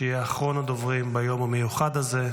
שיהיה אחרון הדוברים ביום המיוחד הזה,